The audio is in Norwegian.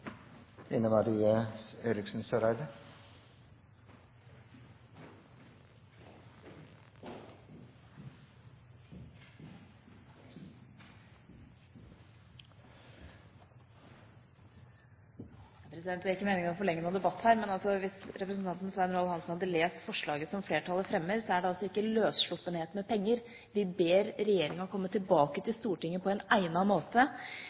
Det er ikke meningen å forlenge noen debatt her. Men hvis representanten Svein Roald Hansen hadde lest forslaget til vedtak som flertallet fremmer, så er det altså ikke snakk om løssluppenhet med penger. Vi ber regjeringa komme tilbake til Stortinget på egnet måte med en